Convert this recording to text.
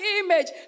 image